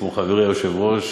כמו חברי היושב-ראש,